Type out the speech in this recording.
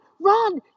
run